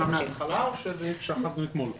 היו דברים שנשארו פתוחים מאתמול.